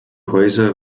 häuser